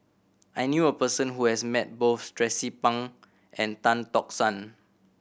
I knew a person who has met both Tracie Pang and Tan Tock San